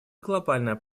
глобальная